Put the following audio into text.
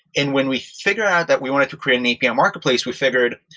and when we figure out that we want to create an api marketplace we figured,